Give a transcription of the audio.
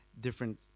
different